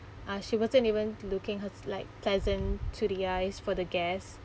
uh she wasn't even looking hers like pleasant to the eyes for the guests